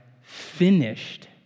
finished